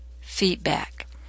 feedback